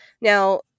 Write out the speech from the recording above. Now